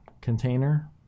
container